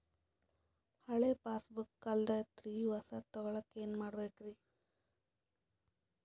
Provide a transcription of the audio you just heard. ಹಳೆ ಪಾಸ್ಬುಕ್ ಕಲ್ದೈತ್ರಿ ಹೊಸದ ತಗೊಳಕ್ ಏನ್ ಮಾಡ್ಬೇಕರಿ?